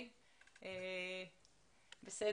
שלום.